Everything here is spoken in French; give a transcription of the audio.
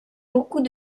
beaucoup